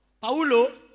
Paulo